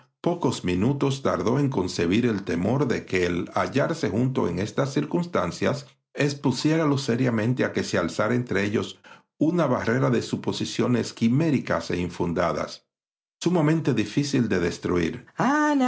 pocos minutos tardó en concebir el temor de que el hallarse juntos en estas circunstancias expusiéralos seriamente a que se alzara entre ellos una barrera de suposiciones quiméricas e infundadas sumamente difícil de destruír